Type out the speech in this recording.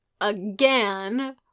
again